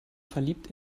verliebt